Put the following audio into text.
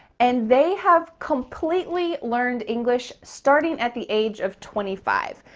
and they have completely learned english starting at the age of twenty five.